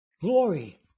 glory